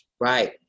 Right